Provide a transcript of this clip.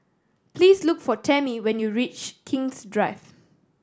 please look for Tammy when you reach King's Drive